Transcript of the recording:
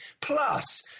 plus